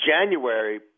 January